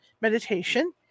meditation